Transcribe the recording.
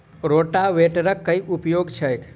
रोटावेटरक केँ उपयोग छैक?